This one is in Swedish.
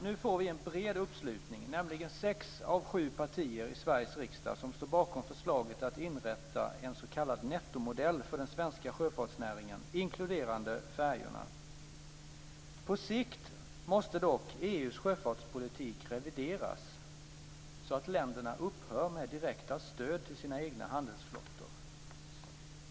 Nu får vi en bred uppslutning - nämligen sex av sju partier i Sveriges riksdag - som står bakom förslaget att inrätta en s.k. nettomodell för den svenska sjöfartsnäringen inkluderande färjorna. På sikt måste dock EU:s sjöfartspolitik revideras så att länderna upphör med direkta stöd till sina egna handelsflottor.